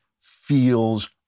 feels